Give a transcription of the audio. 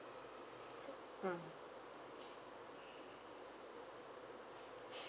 so mm